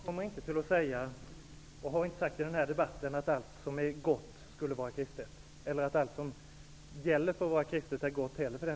Herr talman! Jag har inte i denna debatt sagt och kommer inte att säga att allt som är gott skulle vara kristet eller för den delen att allt som gäller för att vara kristet är gott.